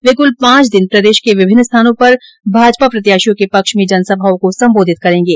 वे कुल पांच दिन प्रदेश के विभिन्न स्थानों पर भाजपा प्रत्याशियों के पक्ष में जनसभाओं को सम्बोधित करेंगे